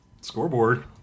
Scoreboard